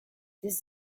this